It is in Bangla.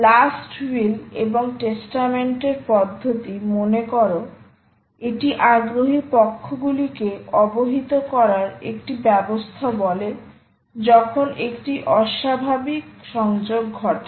লাস্ট উইল এবং টেস্টামেন্টের পদ্ধতি মনে কর এটি আগ্রহী পক্ষগুলিকে অবহিত করার একটি ব্যবস্থা বলে যখন একটি অস্বাভাবিক সংযোগ ঘটে